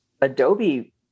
Adobe